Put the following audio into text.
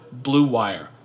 BLUEWIRE